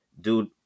dude